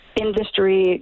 industry